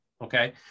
okay